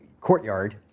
Courtyard